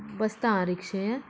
बसता आं रिक्षेंत